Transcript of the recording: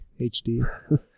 HD